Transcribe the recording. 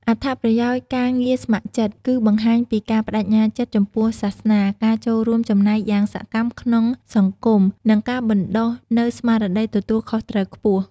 អត្ថប្រយោជន៍ការងារស្ម័គ្រចិត្ត គឺបង្ហាញពីការប្ដេជ្ញាចិត្តចំពោះសាសនា ការចូលរួមចំណែកយ៉ាងសកម្មក្នុងសង្គម និងការបណ្ដុះនូវស្មារតីទទួលខុសត្រូវខ្ពស់។